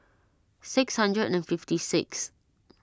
six hundred and fifty sixth